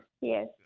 Yes